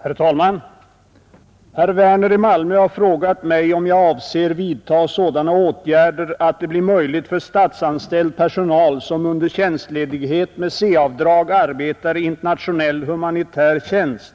Herr talman! Herr Werner i Malmö har frågat mig om jag avser vidtaga sådana åtgärder att det blir möjligt för statsanställd personal, som under tjänstledighet med C-avdrag arbetar i internationell, humanitär tjänst,